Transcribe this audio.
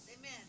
amen